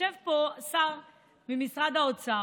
יושב פה שר ממשרד האוצר,